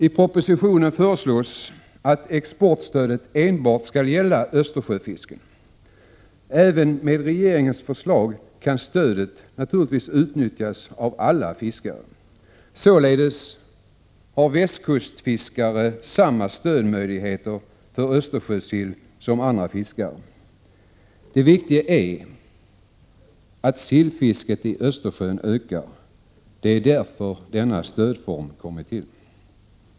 I propositionen föreslås att exportstödet enbart skall gälla Östersjöfisken. Även med regeringens förslag kan stödet utnyttjas av alla fiskare. Således har västkustfiskare samma stödmöjlighet när det gäller Östersjösill som andra fiskare. Det viktiga är att sillfisket i Östersjön ökar. Det är därför denna stödform kommit till.